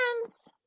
friends